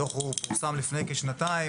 הדוח פורסם לפני כשנתיים,